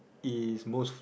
is most